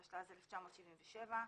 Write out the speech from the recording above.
התשל"ז-1997.